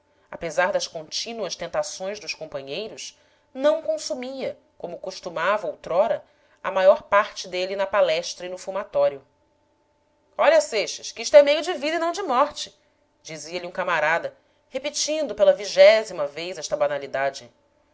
apesar das contínuas tentações dos companheiros não consumia como costumava outrora a maior parte dele na palestra e no fumatório olha seixas que isto é meio de vida e não de morte dizia-lhe um camarada repetindo pela vigésima vez esta banalidade